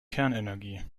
kernenergie